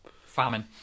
Famine